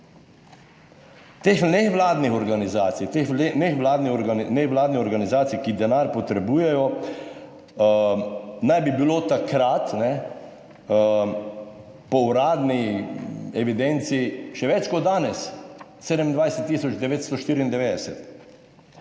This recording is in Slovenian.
teh nevladnih organizacij, ki denar potrebujejo, naj bi bilo takrat po uradni evidenci še več kot danes, 27